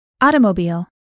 automobile